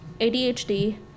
ADHD